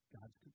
God's